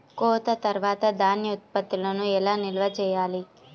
కోత తర్వాత ధాన్య ఉత్పత్తులను ఎలా నిల్వ చేయాలి?